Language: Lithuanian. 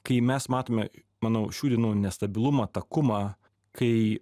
kai mes matome manau šių dienų nestabilumą takumą kai